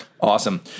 Awesome